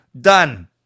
done